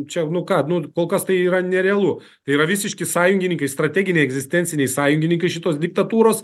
čia nu ką nu kol kas tai yra nerealu yra visiški sąjungininkai strateginiai egzistenciniai sąjungininkai šitos diktatūros